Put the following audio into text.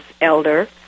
elder